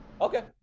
Okay